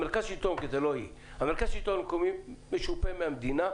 מרכז השלטון מקומי משופה מהמדינה,